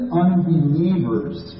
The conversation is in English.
unbelievers